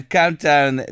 countdown